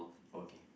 okay